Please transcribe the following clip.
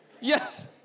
Yes